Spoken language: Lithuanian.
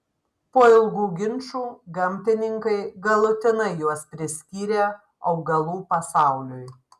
po ilgų ginčų gamtininkai galutinai juos priskyrė augalų pasauliui